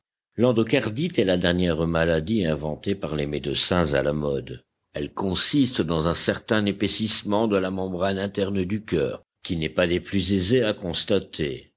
l'endocardite est la dernière maladie inventée par les médecins à la mode elle consiste dans un certain épaississement de la membrane interne du cœur qui n'est pas des plus aisés à constater